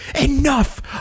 enough